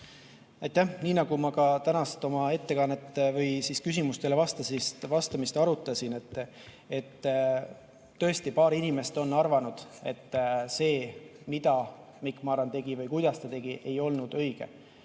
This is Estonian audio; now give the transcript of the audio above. Aitäh! Nii nagu ma ka tänast ettekannet või küsimustele vastamist arutasin, et tõesti paar inimest on arvanud, et see, mida Mikk Marran tegi või kuidas ta tegi, ei olnud õige.